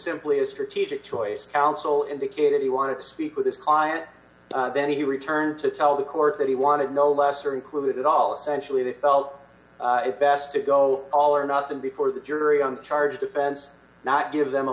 simply a strategic choice counsel indicated he wanted to speak with his client then he returned to tell the court that he wanted no lesser included all eventually they felt it best to go all or nothing before the jury on a charge defense not give them a